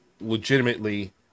legitimately